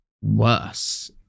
worse